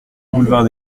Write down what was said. boulevard